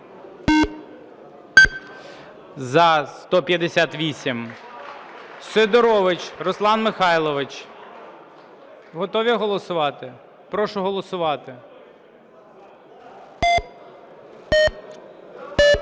За-158 Сидорович Руслан Михайлович. Готові голосувати? Прошу голосувати.